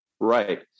Right